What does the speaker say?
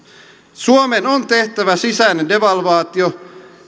suomen on tehtävä sisäinen devalvaatio